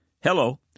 Hello